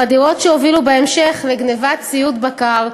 חדירות שהובילו בהמשך לגנבת ציוד ובקר,